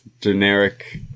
generic